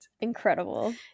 Incredible